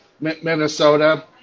Minnesota